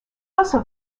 also